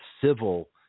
civil